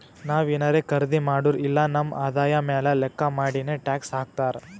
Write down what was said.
ನಾವ್ ಏನಾರೇ ಖರ್ದಿ ಮಾಡುರ್ ಇಲ್ಲ ನಮ್ ಆದಾಯ ಮ್ಯಾಲ ಲೆಕ್ಕಾ ಮಾಡಿನೆ ಟ್ಯಾಕ್ಸ್ ಹಾಕ್ತಾರ್